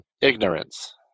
ignorance